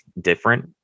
different